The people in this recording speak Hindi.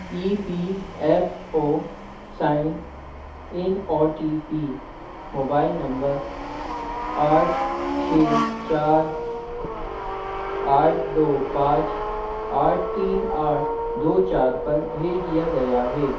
E P F O sign in O T P mobile number आठ छ चार आठ दो पाँच आठ तीन आठ दो चार पर भेज दिया गया है